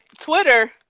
Twitter